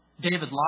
David